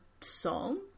song